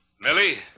Millie